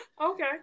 okay